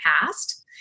past